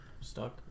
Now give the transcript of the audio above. stuck